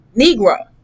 Negro